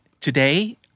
today